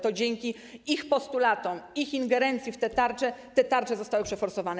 To dzięki ich postulatom, ich ingerencji w te tarcze one zostały przeforsowane.